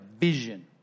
vision